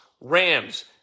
Rams